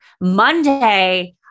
Monday